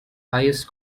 highest